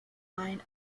line